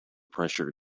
pressure